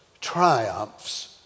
triumphs